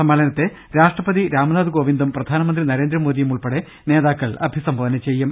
സമ്മേളനത്തെ രാഷ്ട്രപതി രാംനാഥ് കോവിന്ദും പ്രധാന മന്ത്രി നരേന്ദ്രമോദിയും ഉൾപ്പെടെ നേതാക്കൾ അഭിസംബോധനം ചെയ്യും